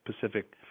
Pacific